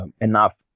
enough